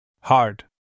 hard